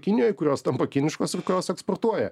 kinijoj kurios tampa kiniškos ir kurios eksportuoja